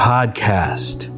Podcast